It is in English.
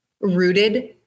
rooted